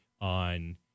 on